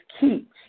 keep